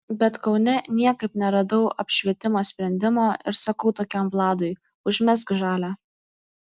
bet kaune niekaip neradau apšvietimo sprendimo ir sakau tokiam vladui užmesk žalią